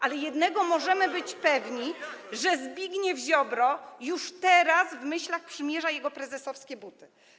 Ale jednego możemy być pewni: że Zbigniew Ziobro już teraz w myślach przymierza jego prezesowskie buty.